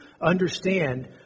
understand